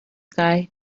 guy